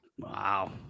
Wow